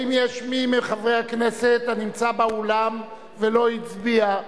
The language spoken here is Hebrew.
האם יש מי מחברי הכנסת הנמצא באולם ולא הצביע?